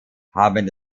haben